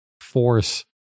force